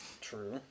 True